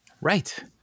right